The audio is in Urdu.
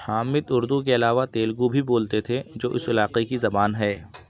حامد اردو کے علاوہ تیلگو بھی بولتے تھے جو اس علاقے کی زبان ہے